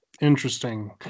Interesting